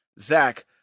Zach